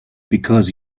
because